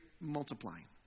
multiplying